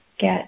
get